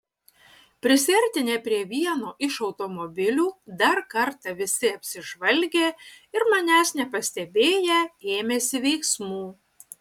prisiartinę prie vieno iš automobilių dar kartą visi apsižvalgė ir manęs nepastebėję ėmėsi veiksmų